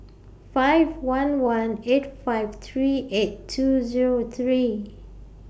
five one one eight five three eight two Zero three